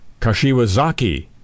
Kashiwazaki